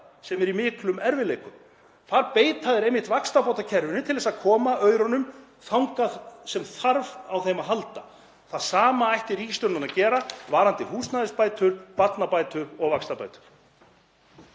sem eru í miklum erfiðleikum. Þar beita þau einmitt vaxtabótakerfinu til að koma aurunum þangað sem þörf er á þeim. Það sama ætti ríkisstjórnin að gera varðandi húsnæðisbætur, barnabætur og vaxtabætur.